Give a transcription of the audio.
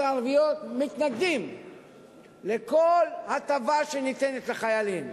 הערביות מתנגדים לכל הטבה שניתנת לחיילים,